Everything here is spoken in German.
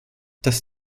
dass